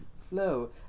flow